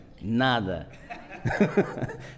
Nada